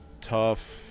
tough